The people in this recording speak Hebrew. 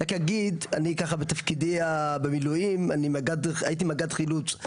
אני בתפקידי במילואים הייתי מג"ד חילוץ.